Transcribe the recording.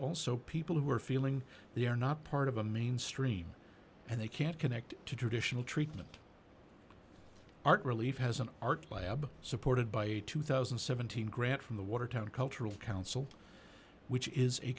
also people who are feeling they are not part of a mainstream and they can't connect to traditional treatment art relief has an art lab supported by a two thousand and seventeen grant from the watertown cultural council which is a